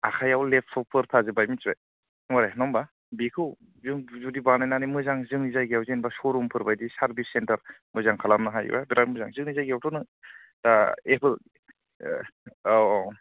आखायाव लेपटपफोर थाजोबबाय मिनथिबाय माबे नङा होमबा बेखौ जों जुदि बानायनानै मोजां जोंनि जायगायाव जेन'बा शरुमफोरबायदि सार्भिस सेन्टार मोजां खालामनो हायोब्ला बिराथ मोजां जोंनि जायगायावथ' नों दा एपोल औ औ